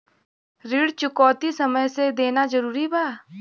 ऋण चुकौती समय से देना जरूरी बा?